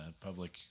public